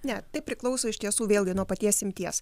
ne tai priklauso iš tiesų vėlgi nuo paties imties